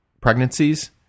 pregnancies